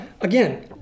again